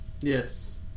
Yes